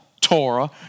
Torah